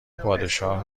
پادشاه